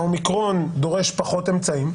האומיקרון דורש פחות אמצעים,